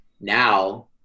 now